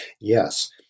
Yes